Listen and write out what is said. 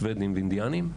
שבדים ואינדיאנים.